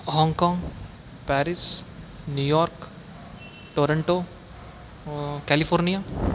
Hong Kong Paris New York Toronto California